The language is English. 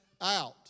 out